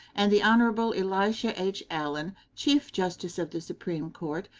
and the hon. elisha h. allen, chief justice of the supreme court,